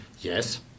Yes